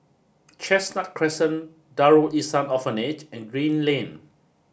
Chestnut Crescent Darul Ihsan Orphanage and Green Lane